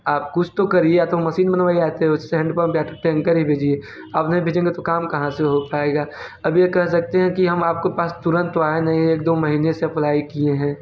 आप कुछ तो करिए या तो मसीन बनवाइए या तो स हैंडपंप या तो टेंकर ही भेजिए आप नहीं भेजेंगे तो काम कहाँ से हो पाएगा अब ये कह सकते हैं कि हम आपको पास तुरंत तो आए नहीं हैं एक दो महीने से अप्लाई किए हैं